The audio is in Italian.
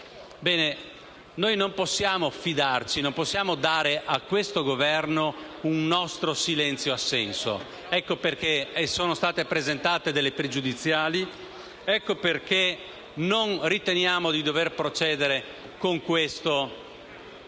Noi non possiamo fidarci, non possiamo dare a questo Governo il nostro silenzio assenso. Per questo sono state presentate delle questioni pregiudiziali e non riteniamo di dover procedere all'esame